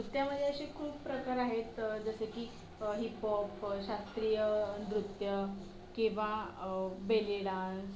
नृत्यामध्ये असे खूप प्रकार आहेत जसे की हिपहॉप शास्त्रीय नृत्य किंवा बेले डान्स